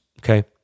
okay